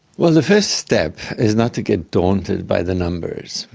well, the first step is not to get daunted by the numbers,